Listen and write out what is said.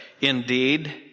Indeed